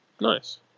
Nice